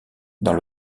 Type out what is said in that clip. dans